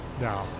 No